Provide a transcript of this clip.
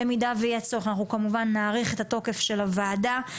במידה שיהיה צורך אנחנו כמובן נאריך את התוקף של הוועדה.